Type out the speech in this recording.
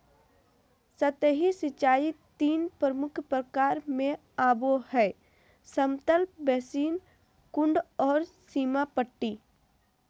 सतही सिंचाई तीन प्रमुख प्रकार में आबो हइ समतल बेसिन, कुंड और सीमा पट्टी